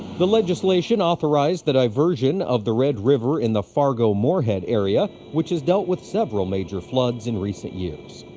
the legislation authorizes the diversion of the red river in the fargo-moorhead area which has dealt with several major floods in recent years.